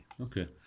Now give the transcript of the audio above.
Okay